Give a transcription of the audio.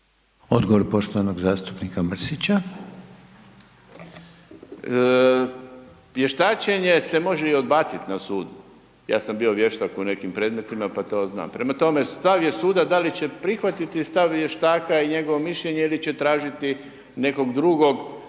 Mirando (Demokrati)** Vještačenje se može i odbaciti na sudu. Ja sam bio vještak u nekim predmetima, pa to znam. Prema, tome, stav je suda d ali će prihvatiti stav vještaka i njegovo mišljenje ili će tražiti nekog drugog i neko